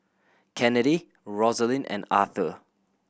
Kennedi Rosalind and Arther